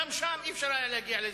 גם שם אי-אפשר היה להגיע להסכם.